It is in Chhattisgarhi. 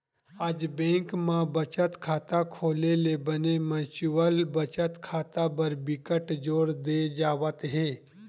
आज बेंक म बचत खाता खोले ले बने म्युचुअल बचत खाता बर बिकट जोर दे जावत हे